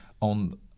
on